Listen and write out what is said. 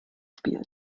spielen